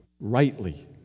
Rightly